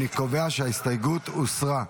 אני קובע שההסתייגות הוסרה.